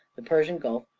the persian gulf,